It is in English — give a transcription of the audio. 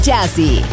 Jazzy